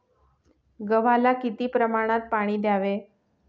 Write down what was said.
गव्हाला किती प्रमाणात पाणी द्यावे?